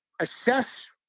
assess